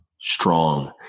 strong